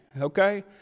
okay